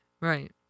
right